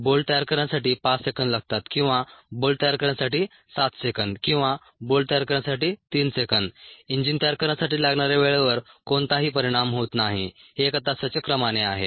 bolt तयार करण्यासाठी 5 second लागतात किंवा बोल्ट तयार करण्यासाठी 7 सेकंद किंवा बोल्ट तयार करण्यासाठी 3 सेकंद इंजिन तयार करण्यासाठी लागणाऱ्या वेळेवर कोणताही परिणाम होत नाही हे एका तासाच्या क्रमाने आहे